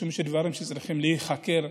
משום שדברים שצריכים להיחקר,